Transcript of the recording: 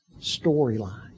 storyline